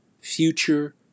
future